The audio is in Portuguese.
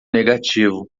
negativo